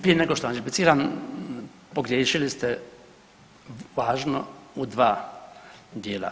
Prije nego što vam repliciram pogriješili ste važno u dva dijela.